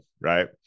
Right